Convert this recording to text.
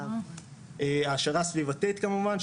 העשרה סביבתית כמובן,